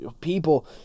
People